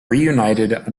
reunited